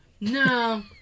No